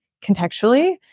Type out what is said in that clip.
contextually